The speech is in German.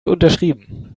unterschrieben